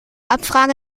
abfrage